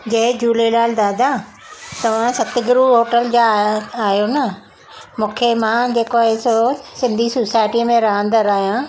जय झूलेलाल दादा तव्हां सतगुरू होटल जा आ आहियो न मूंखे मां जेको हिते सिंधी सोसाइटीअ में रहंदड़ु आहियां